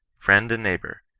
friend and neighbour,